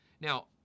Now